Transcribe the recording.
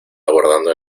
abordando